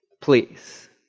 please